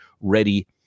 ready